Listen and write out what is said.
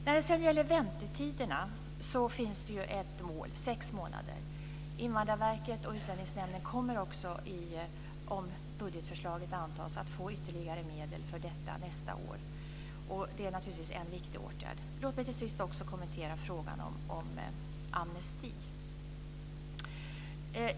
Det finns ett mål med väntetiderna, nämligen sex månader. Invandrarverket och Utlänningsnämnden kommer - om budgetförslaget antas - att få ytterligare medel nästa år. Det är en viktig åtgärd. Låt mig till sist kommentera frågan om amnesti.